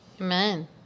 Amen